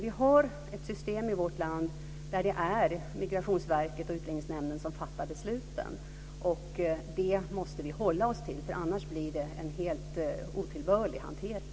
Vi har ett system i vårt land där det är Migrationsverket och Utlänningsnämnden som fattar besluten. Det måste vi hålla oss till, annars blir det en otillbörlig hantering.